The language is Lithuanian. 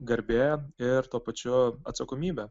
garbė ir tuo pačiu atsakomybė